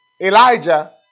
Elijah